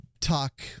talk